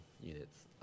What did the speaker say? units